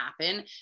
happen